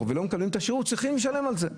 ולא מקבלים את השירות צריכים לשלם את זה.